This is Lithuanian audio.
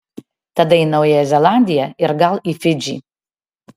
tada į naująją zelandiją ir gal į fidžį